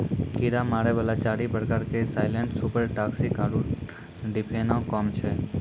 कीड़ा मारै वाला चारि प्रकार के साइलेंट सुपर टॉक्सिक आरु डिफेनाकौम छै